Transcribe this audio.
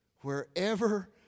Wherever